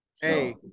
Hey